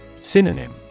Synonym